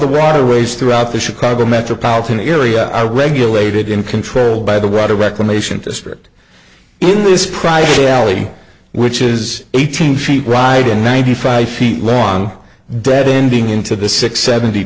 the waterways throughout the chicago metropolitan area i regulate it in control by the water reclamation district in this price the alley which is eighteen feet wide and ninety five feet long dead ending into the sick seventy